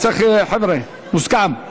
מוסכם.